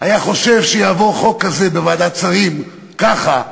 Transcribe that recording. היה חושב שיעבור חוק כזה בוועדת שרים ככה,